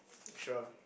sure